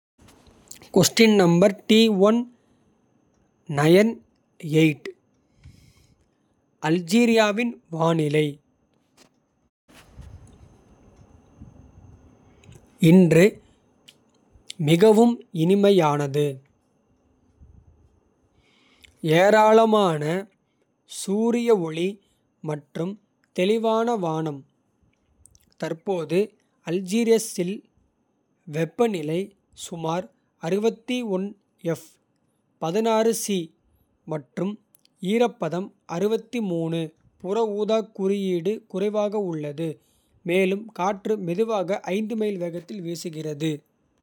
அல்ஜீரியாவின் வானிலை இன்று மிகவும் இனிமையானது. ஏராளமான சூரிய ஒளி மற்றும் தெளிவான வானம். தற்போது ​​அல்ஜியர்ஸில் வெப்பநிலை சுமார். மற்றும் ஈரப்பதம் புற ஊதாக் குறியீடு குறைவாக உள்ளது. மேலும் காற்று மெதுவாக மைல் வேகத்தில் வீசுகிறது.